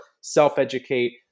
self-educate